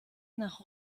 nach